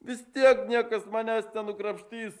vis tiek niekas manęs nenukrapštys